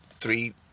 three